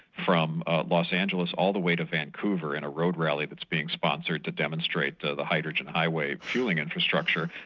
from los angeles all the way to vancouver in a road rally that's being sponsored to demonstrate the hydrogen highway fuelling infrastructure.